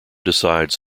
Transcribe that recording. decides